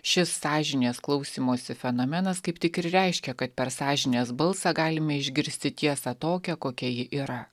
šis sąžinės klausymosi fenomenas kaip tik ir reiškia kad per sąžinės balsą galime išgirsti tiesą tokią kokia ji yra